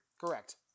Correct